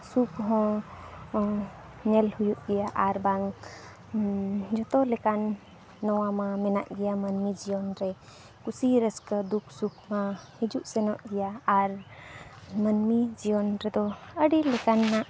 ᱥᱩᱠ ᱦᱚᱸ ᱧᱮᱞ ᱦᱩᱭᱩᱜ ᱜᱮᱭᱟ ᱟᱨ ᱵᱟᱝ ᱡᱚᱛᱚ ᱞᱮᱠᱟᱱ ᱱᱚᱣᱟ ᱢᱟ ᱢᱮᱱᱟᱜ ᱜᱮᱭᱟ ᱢᱟᱱᱢᱤ ᱡᱤᱭᱚᱱᱨᱮ ᱠᱩᱥᱤᱼᱨᱟᱹᱥᱠᱟᱹ ᱫᱩᱠᱼᱥᱩᱠ ᱢᱟ ᱦᱤᱡᱩᱜᱼᱥᱮᱱᱚᱜ ᱜᱮᱭᱟ ᱟᱨ ᱢᱟᱱᱢᱤ ᱡᱤᱭᱚᱱ ᱨᱮᱫᱚ ᱟᱹᱰᱤ ᱞᱮᱠᱟᱱᱟᱜ